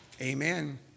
amen